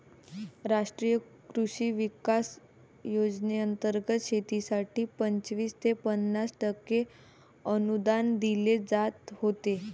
राष्ट्रीय कृषी विकास योजनेंतर्गत शेतीसाठी पंचवीस ते पन्नास टक्के अनुदान दिले जात होते